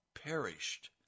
perished